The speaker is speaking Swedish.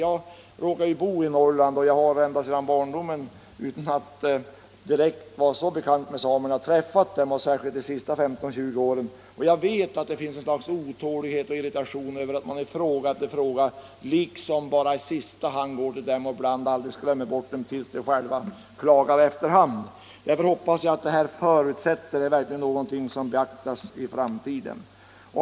Jag råkar ju bo i Norrland och har ända sedan barndomen, utan att direkt vara bekant med samerna, träffat dem — särskilt under senaste 15-20 åren. Jag vet att det förekommer otålighet och irritation över att man i fråga efter fråga liksom bara i sista hand går till samerna och ibland alldeles glömmer bort dem tills de själva efter hand klagar. Därför hoppas jag att ordet förutsätter verkligen är någonting som beaktas i framtiden.